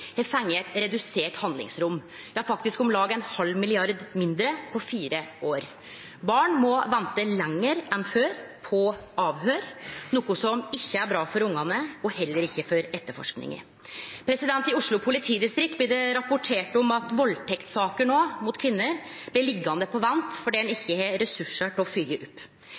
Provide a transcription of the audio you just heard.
har fått eit redusert handlingsrom, ja faktisk om lag ein halv milliard mindre på fire år. Barn må vente lenger enn før på avhøyr, noko som ikkje er bra for ungane og heller ikkje for etterforskinga. I Oslo politidistrikt blir det rapportert om at valdtektssaker mot kvinner no blir liggjande på vent fordi ein ikkje har ressursar til å fylgje opp.